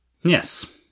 Yes